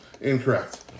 Incorrect